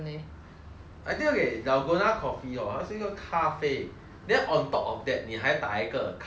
I think okay dalgona coffee hor 它是一个咖啡 then on top of that 你还倒一个咖啡 foam